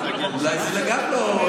אולי זה גם לא,